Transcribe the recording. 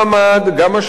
גם השפעה,